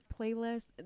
playlist